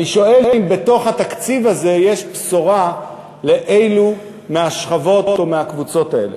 אני שואל אם בתוך התקציב הזה יש בשורה לאלו מהשכבות או מהקבוצות האלה,